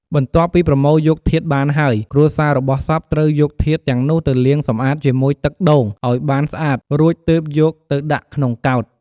បន្ទប់ពីប្រមូលយកធាតុបានហើយ គ្រួសាររបស់សពត្រូវយកធាតុទាំងនោះទៅលាងសម្អាតជាមួយទឹកដូងឲ្យបានស្អាតរួចទើបយកទៅដាក់ក្នុងកោដ្ឋ។